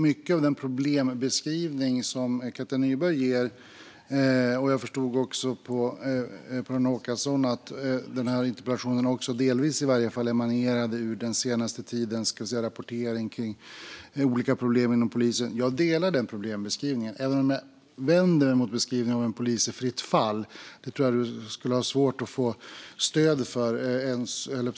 Mycket av den problembeskrivning som Katja Nyberg ger - jag förstod också på Per-Arne Håkansson att hans interpellation i alla fall delvis emanerade ur den senaste tidens rapportering kring olika problem inom polisen - instämmer jag i, även om jag vänder mig mot beskrivningen av en polis i fritt fall. Den tror jag att man skulle ha svårt att få stöd för